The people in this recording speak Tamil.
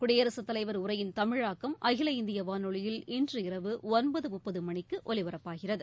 குடியரசுத் தலைவர் உரையின் தமிழாக்கம் அகில இந்திய வானொலியில் இன்று இரவு ஒன்பது முப்பது மணிக்கு ஒலிபரப்பாகிறது